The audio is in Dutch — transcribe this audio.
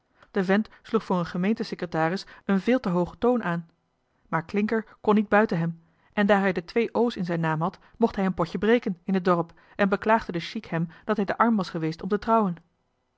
zonde in het deftige dorp gemeente secretaris een véél te hoogen toon aan maar klincker kon niet buiten hem en daar hij de twee o's in zijn naam had kon hij een potje breken in t dorp en beklaagde de chic hem dat hij te arm was geweest om te trouwen